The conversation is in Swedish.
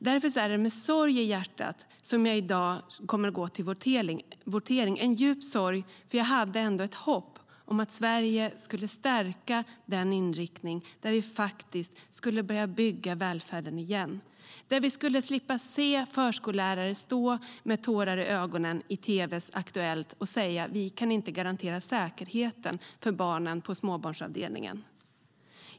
Därför är det med djup sorg i hjärtat jag i dag kommer att gå till votering. Jag hade ändå ett hopp om att Sverige skulle stärka inriktningen på att börja bygga välfärden igen, så att vi skulle slippa se förskollärare stå med tårar i ögonen i tv:s Aktuellt och säga att de inte kan garantera säkerheten för barnen på småbarnsavdelningen.